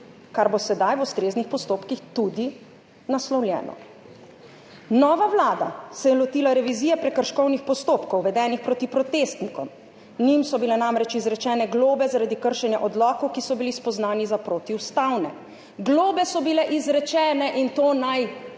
kar bo sedaj v ustreznih postopkih tudi naslovljeno. Nova vlada se je lotila revizije prekrškovnih postopkov, uvedenih proti protestnikom, njim so bile namreč izrečene globe zaradi kršenja odlokov, ki so bili spoznani za protiustavne. Globe so bile izrečene, in to naj